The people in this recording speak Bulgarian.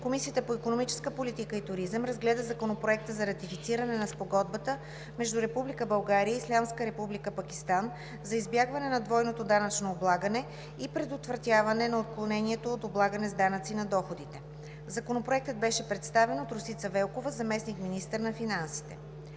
Комисията по икономическа политика и туризъм разгледа Законопроекта за ратифициране на Спогодбата между Република България и Ислямска република Пакистан за избягване на двойното данъчно облагане и предотвратяване на отклонението от облагане с данъци на доходите. Законопроектът беше представен от Росица Велкова – заместник-министър на финансите.